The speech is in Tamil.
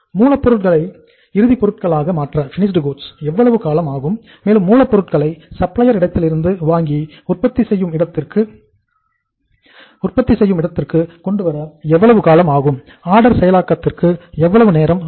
மூலப்பொருள்களை இறுதிப் பொருட்களாக மாற்ற எவ்வளவு நேரம் ஆகும்